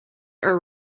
are